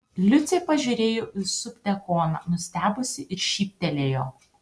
liucė pažiūrėjo į subdiakoną nustebusi ir šyptelėjo